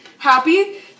Happy